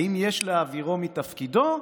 האם יש להעבירו מתפקידו,